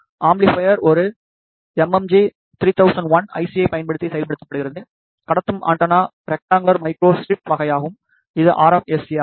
amplifier ஒரு M M ஜி30011சி ஐப் பயன்படுத்தி செயல்படுத்தப்படுகிறது கடத்தும் ஆண்டெனா ரெக்டாங்குலர் மைக்ரோ ஸ்ட்ரிப் வகையாகும் இது ஆர் எம் எஸ் எ ஆகும்